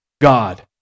God